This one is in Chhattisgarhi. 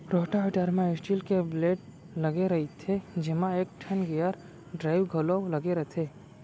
रोटावेटर म स्टील के ब्लेड लगे रइथे जेमा एकठन गेयर ड्राइव घलौ लगे रथे